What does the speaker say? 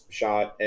shot